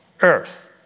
earth